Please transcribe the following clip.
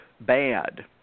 bad